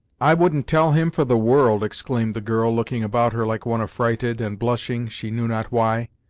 i wouldn't tell him, for the world! exclaimed the girl, looking about her like one affrighted, and blushing, she knew not why.